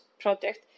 project